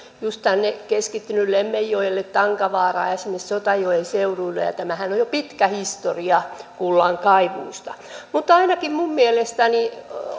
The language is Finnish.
keskittynyt just lemmenjoelle tankavaaraan ja sinne sotajoen seuduille ja tämähän on jo pitkä historia kullankaivuusta mutta ainakin minun mielestäni